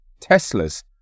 Teslas